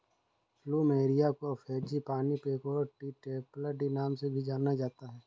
plumeria को frangipani, pagoda tree, temple tree नाम से भी जाना जाता है